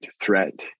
threat